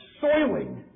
soiling